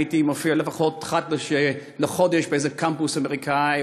הייתי מופיע לפחות אחת לחודש באיזה קמפוס אמריקני,